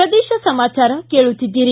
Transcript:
ಪ್ರದೇಶ ಸಮಾಚಾರ ಕೇಳುತ್ತಿದ್ದೀರಿ